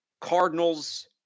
Cardinals